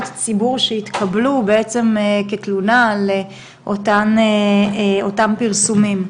ציבור שהתקבלו בעצם כתלונה על אותם פרסומים.